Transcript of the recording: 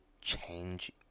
change